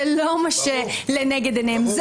זה לא מה שלנגד עיניהם.